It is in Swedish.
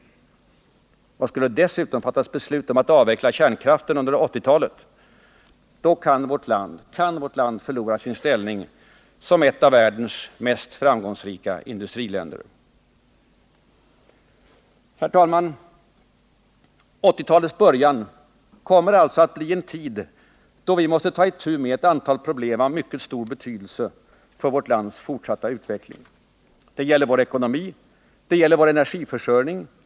Och skulle det dessutom fattas beslut om att avveckla kärnkraften under 1980-talet, då kan vårt land förlora sin ställning som ett av världens mest framgångsrika industriländer. Herr talman! 1980-talets början kommer alltså att bli en tid, då vi måste ta itu med ett antal problem av mycket stor betydelse för vårt lands fortsatta utveckling. Det gäller vår ekonomi. Det gäller vår energiförsörjning.